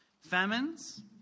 famines